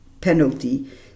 penalty